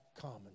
common